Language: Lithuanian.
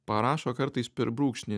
parašo kartais per brūkšnį